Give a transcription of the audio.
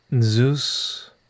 Zeus